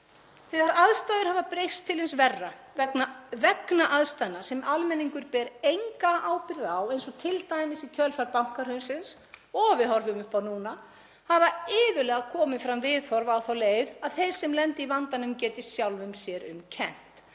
Þegar aðstæður hafa breyst til hins verra vegna aðstæðna sem almenningur ber enga ábyrgð á, eins og t.d. í kjölfar bankahrunsins og þess sem við horfum upp á núna, hafa iðulega komið fram viðhorf á þá leið að þeir sem lenda í vandanum geti sjálfum sér um kennt,